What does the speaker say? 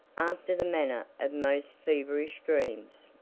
after the manner of most feverish dreams.